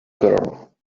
girl